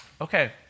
Okay